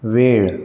वेळ